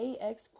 AX